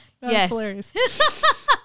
Yes